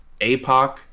APOC